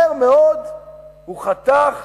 מהר מאוד הוא חתך